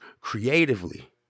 creatively